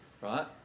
Right